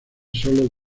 solo